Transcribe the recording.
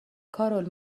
کارول